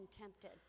tempted